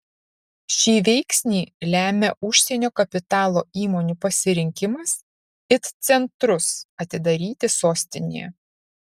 šį veiksnį lemia užsienio kapitalo įmonių pasirinkimas it centrus atidaryti sostinėje